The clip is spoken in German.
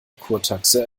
kurtaxe